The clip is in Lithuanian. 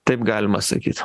taip galima sakyt